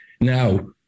Now